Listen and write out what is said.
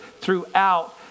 throughout